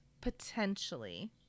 potentially